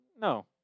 No